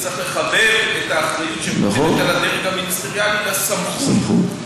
וצריך לחבר את האחריות שמוטלת על הדרג המיניסטריאלי לסמכות,